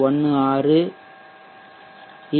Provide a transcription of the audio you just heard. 16175 3